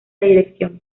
dirección